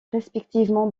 respectivement